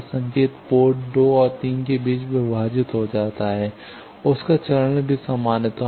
वह संकेत पोर्ट 2 और 3 के बीच विभाजित हो जाता है उनका चरण भी समान होता है